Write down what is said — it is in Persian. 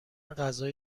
غذا